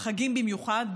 בחגים במיוחד,